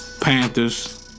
Panthers